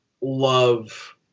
love